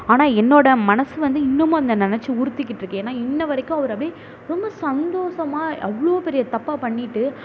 ஆனால் என்னோடய மனது வந்து இன்னுமும் அதை நெனைச்சு உறுத்திக்கிட்டு இருக்குது ஏன்னா இன்று வரைக்கும் அவர் அப்படியே ரொம்ப சந்தோஷமா அவ்வளோ பெரிய தப்பை பண்ணிவிட்டு